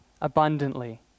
abundantly